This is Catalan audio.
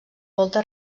volta